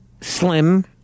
slim